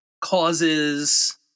causes